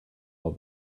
all